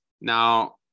Now